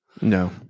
No